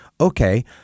Okay